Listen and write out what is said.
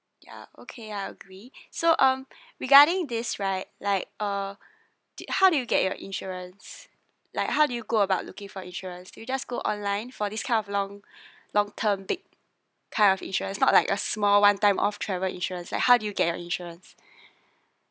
ya okay I agree so um regarding this right like uh did how did you get your insurance like how do you go about looking for insurance you just go online for this kind of long long term big kind of insurance not like a small one time of travel insurance like how did you get your insurance